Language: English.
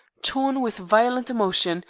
torn with violent emotion,